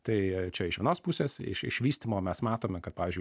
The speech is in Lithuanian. tai čia iš vienos pusės iš išvystymo mes matome kad pavyzdžiui